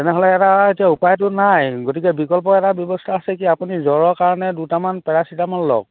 তেনেহ'লে এটা এতিয়া উপায়টো নাই গতিকে বিকল্প এটা ব্যৱস্থা আছে কি আপুনি জ্বৰৰ কাৰণে দুটামান পেৰাচিটেমল লওক